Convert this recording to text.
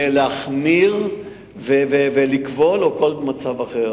להחמיר ולכבול, או כל מצב אחר.